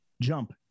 Jump